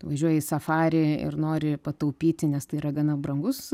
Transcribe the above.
važiuoji į safarį ir nori pataupyti nes tai yra gana brangus